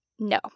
No